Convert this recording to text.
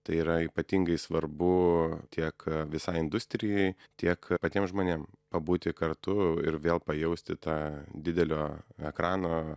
tai yra ypatingai svarbu tiek visai industrijai tiek patiem žmonėm pabūti kartu ir vėl pajausti tą didelio ekrano